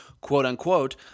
quote-unquote